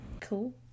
Cool